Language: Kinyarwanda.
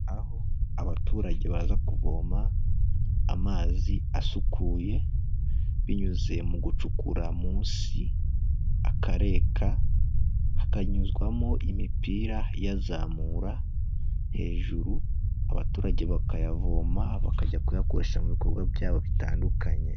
Aho abaturage baza kuvoma amazi asukuye, binyuze mu gucukura munsi, akareka, akanyuzwamo imipira iyazamura hejuru, abaturage bakayavoma bakajya kuyakoresha mu bikorwa byabo bitandukanye.